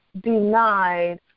denied